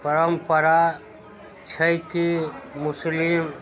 परम्परा छै कि मुसलिम